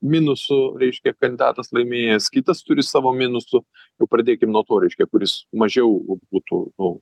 minusų reiškia kandidatas laimėjęs kitas turi savo minusų jau pradėkim nuo to reiškia kuris mažiau būtų nu